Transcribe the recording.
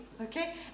okay